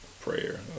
Prayer